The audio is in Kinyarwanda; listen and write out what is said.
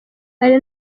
hari